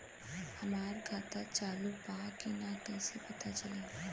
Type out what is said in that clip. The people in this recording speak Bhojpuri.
हमार खाता चालू बा कि ना कैसे पता चली?